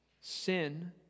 Sin